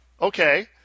okay